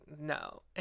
no